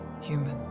human